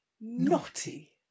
naughty